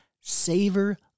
savor